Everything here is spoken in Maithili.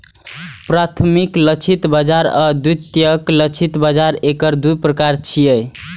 प्राथमिक लक्षित बाजार आ द्वितीयक लक्षित बाजार एकर दू प्रकार छियै